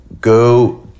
go